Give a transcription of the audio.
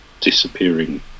disappearing